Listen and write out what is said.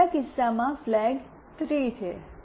ત્રીજા કિસ્સામાં ફ્લેગ 3 છે